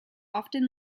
often